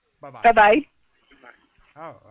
Bye-bye